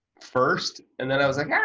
first and then i was like, ah,